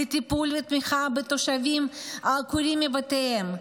לטיפול ולתמיכה בתושבים העקורים מבתיהם,